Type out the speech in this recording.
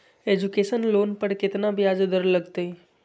Education loan पर केतना ब्याज दर लगतई?